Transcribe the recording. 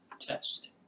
test